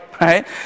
Right